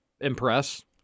impress